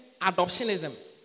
adoptionism